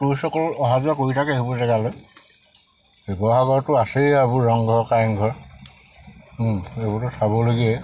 টুৰিষ্টসকলৰ অহা যোৱা কৰি থাকে সেইবোৰ জেগালৈ শিৱসাগৰতো আছেই এইবোৰ আৰু ৰংঘৰ কাৰেংঘৰ সেইবোৰতো চাবলগীয়াই